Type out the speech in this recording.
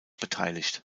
beteiligt